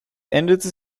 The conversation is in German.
änderte